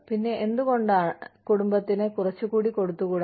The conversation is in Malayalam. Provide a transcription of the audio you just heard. പിന്നെ എന്തുകൊണ്ട് കുടുംബത്തിന് കുറച്ചുകൂടി കൊടുത്തുകൂടാ